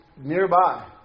nearby